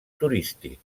turístic